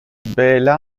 bianca